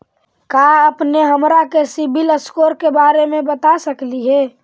का अपने हमरा के सिबिल स्कोर के बारे मे बता सकली हे?